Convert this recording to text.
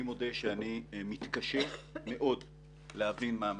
אני מודה שאני מתקשה מאוד להבין מה המצב.